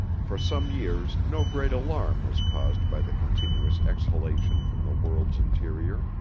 for some years no great alarm was caused by the continuous exhalation from the world's interior.